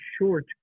short